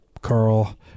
Carl